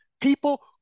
people